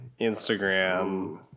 Instagram